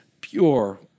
pure